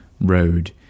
road